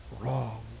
wrong